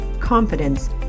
confidence